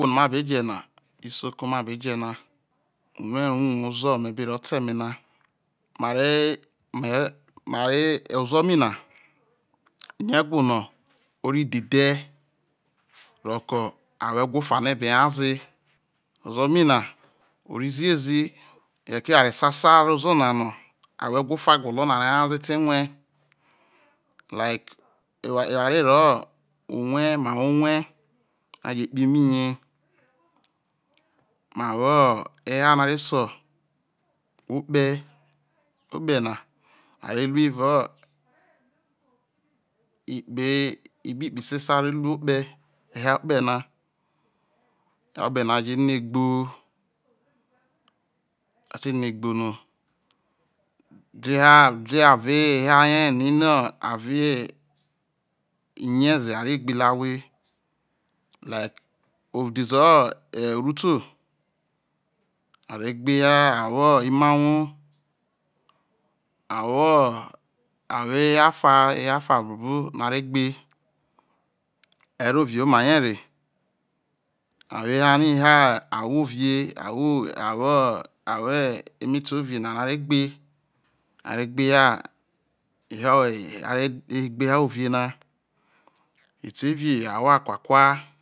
Who ma beje na isoko ma beje na erounu ozo me bero ta eme na mare mare ozo ma na yo ewho no oro dhedhe role ahwo ewho fano abe nyaze ozo mai na orro ziezi eghere ke eware sasa rro ozo na no ahwo ewho ofa golo no are nyaze te rue like eware woho unwe ma wo unwe no a je kpe imiye ma wu ehaa no are se okpe okpe na are ruei evao ikpe ikpekpe sesa are ru okpe ehaa okpe na okpe na a jo negbe ate noigbe no duo vo ehaa ne no ino ave iye ze a ve gbe khwe like udheze uru to are gbe ehaa ahwo imahwo awo ehaa ofa ehaa ofa buoba no are gbe erovie mari re ehaa rie ehaa ahwo ovie ahwo ahwoemete ovie na a gbe re gbe ehaa ehaa ovie na etevie ahwo akuakua